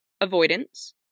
avoidance